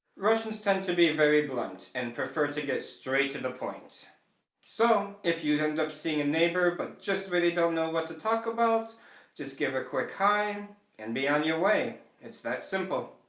russians tend to be very blunt and prefer to get straight to the point so if you end up seeing a neighbor but just really don't know what to talk about just give a quick hello and be on your way, it's that simple.